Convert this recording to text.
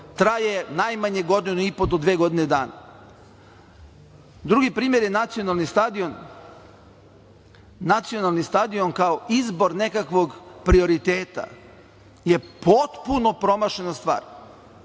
Traje najmanje godinu i po do dve godine dana. Drugi primer je nacionalni stadion. Nacionalni stadion kao izbor nekakvog prioriteta je potpuno promašena stvar.